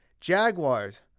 Jaguars